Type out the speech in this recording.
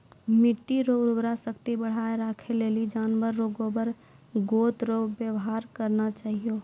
मिट्टी रो उर्वरा शक्ति बढ़ाएं राखै लेली जानवर रो गोबर गोत रो वेवहार करना चाहियो